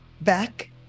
back